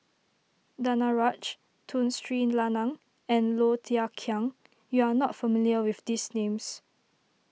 Danaraj Tun Sri Lanang and Low Thia Khiang you are not familiar with these names